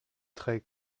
très